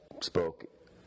spoke